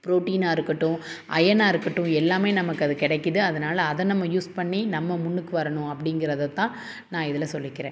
ப்ரோட்டீனாக இருக்கட்டும் ஐயனாக இருக்கட்டும் எல்லாமே நமக்கு அது கிடைக்குது அதனால் அதை நம்ம யூஸ் பண்ணி நம்ம முன்னுக்கு வரணும் அப்படிங்கிறத தான் நான் இதில் சொல்லிக்கிறேன்